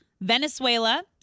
Venezuela